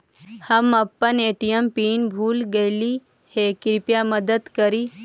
हम अपन ATM pin भूल गईली हे, कृपया मदद करी